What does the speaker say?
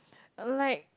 or like